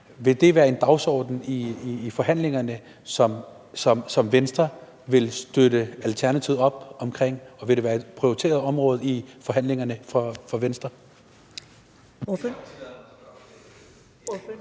kvindedrab være en dagsorden i forhandlingerne, som Venstre vil støtte Alternativet i, og vil det være et prioriteret område i forhandlingerne fra Venstres